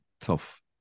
tough